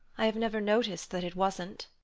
i have never noticed that it wasn't.